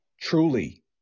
truly